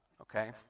okay